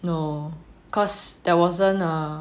no cause there wasn't a